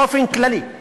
באופן כללי,